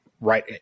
right